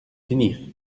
finir